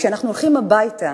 כשאנחנו הולכים הביתה,